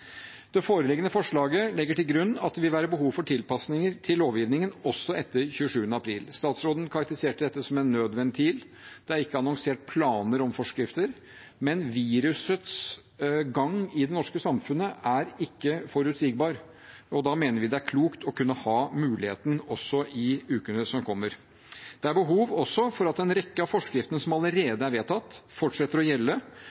Det foreliggende forslaget legger til grunn at det vil være behov for tilpasninger til lovgivningen også etter 27. april. Statsråden karakteriserte det som en nødventil. Det er ikke annonsert planer om forskrifter, men virusets gang i det norske samfunnet er ikke forutsigbar, og da mener vi det er klokt å kunne ha muligheten også i ukene som kommer. Det er også behov for at en rekke av forskriftene som allerede er vedtatt, fortsetter å gjelde,